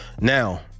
Now